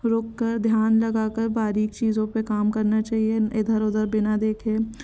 रोक कर ध्यान लगाकर बारीक चीज़ों पे काम करना चाहिए इधर उधर बिना देखे